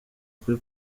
kuri